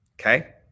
Okay